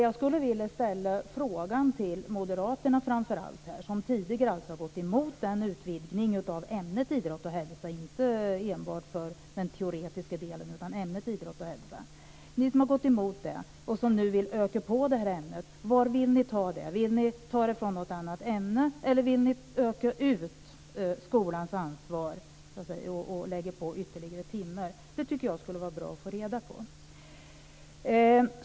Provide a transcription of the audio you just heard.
Jag skulle vilja ställa frågan till framför allt moderaterna, som tidigare har gått emot utvidgningen av ämnet idrott och hälsa, inte enbart den teoretiska delen, utan ämnet idrott och hälsa. Ni som har gått emot det och som nu vill öka på det här ämnet, var vill ni ta den ökningen? Vill ni ta den från något annat ämne eller vill ni öka ut skolans ansvar och lägga på ytterligare timmar? Det tycker jag skulle vara bra att få reda på.